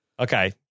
Okay